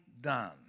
done